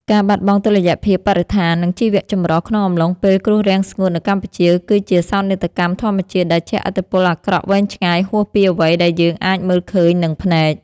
ការបាត់បង់តុល្យភាពបរិស្ថាន និងជីវចម្រុះក្នុងអំឡុងពេលគ្រោះរាំងស្ងួតនៅកម្ពុជា គឺជាសោកនាដកម្មធម្មជាតិដែលជះឥទ្ធិពលអាក្រក់វែងឆ្ងាយហួសពីអ្វីដែលយើងអាចមើលឃើញនឹងភ្នែក។